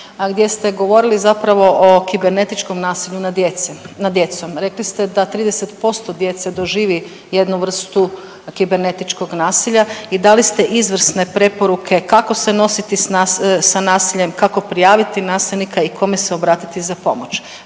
a gdje ste govorili zapravo o kibernetičkom nasilju nad djecom. Rekli ste da 30% djece doživi jednu vrstu kibernetičkog nasilja i dali se izvrsne preporuke kako se nositi sa nasiljem, kako prijaviti nasilnika i kome se obratiti za pomoć.